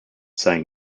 saying